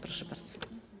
Proszę bardzo.